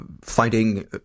fighting